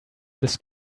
this